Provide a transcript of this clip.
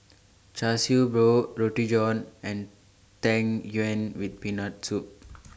Char Siew Bao Roti John and Tang Yuen with Peanut Soup